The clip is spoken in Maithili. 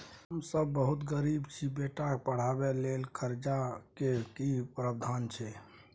हम सब बहुत गरीब छी, बेटा के पढाबै के लेल कर्जा के की प्रावधान छै?